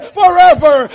forever